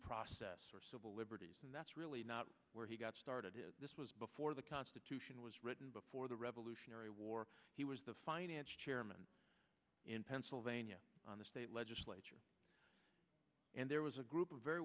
process or civil liberties and that's really not where he got started is this was before the constitution was written before the revolutionary war he was the finance chairman in pennsylvania on the state legislature and there was a group of very